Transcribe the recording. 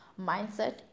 mindset